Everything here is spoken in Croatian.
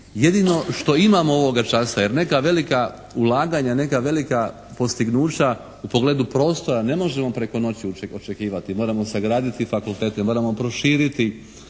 jedino što imamo ovoga časa jer neka velika ulaganja, neka velika postignuća u pogledu prostora ne možemo preko noći očekivati. Moramo sagraditi fakultete, moramo proširiti